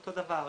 אותו דבר,